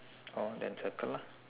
oh then circle lah